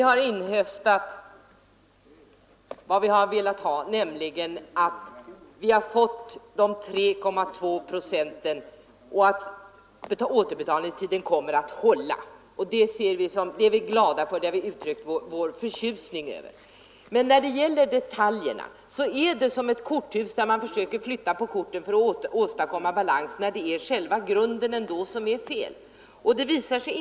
Herr talman! Vi har inhöstat de 3,2 procenten och säkerhet för att återbetalningstiden kommer att hållas. Det är vi glada för, och det har vi uttryckt vår förtjusning över. Men när det gäller detaljerna är det som ett korthus där man flyttar på korten för att försöka åstadkomma balans trots att det är själva grunden som det är fel på.